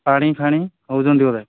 ପାଣି ଫାଣି ହେଉଛନ୍ତି ବୋଧ ହୁଏ